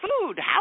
food